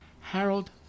Harold